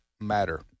matter